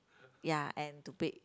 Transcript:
ya and to pick